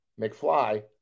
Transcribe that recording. McFly